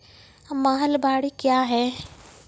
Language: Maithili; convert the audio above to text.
महलबाडी क्या हैं?